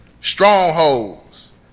Strongholds